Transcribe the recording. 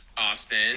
Austin